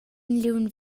liung